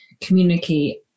communicate